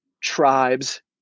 tribes